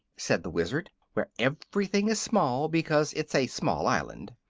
said the wizard, where everything is small because it's a small island.